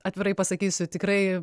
atvirai pasakysiu tikrai